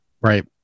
Right